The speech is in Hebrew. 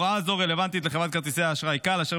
הוראה זו רלוונטית לחברת כרטיסי האשראי כאל אשר